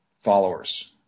followers